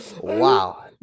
wow